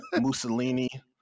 Mussolini